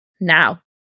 Now